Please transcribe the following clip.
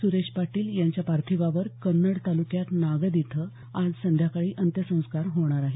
सुरेश पाटील यांच्या पार्थिवावर कन्नड तालुक्यात नागद इथं आज संध्याकाळी अंत्यसंस्कार होणार आहेत